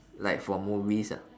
like for movies ah